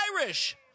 Irish